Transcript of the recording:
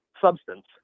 substance